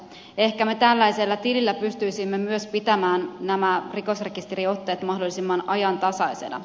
ehkä me tällaisella tilillä pystyisimme myös pitämään nämä rikosrekisteriotteet mahdollisimman ajantasaisina